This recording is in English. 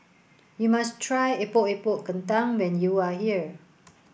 you must try Epok Epok Kentang when you are here